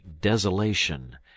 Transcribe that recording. desolation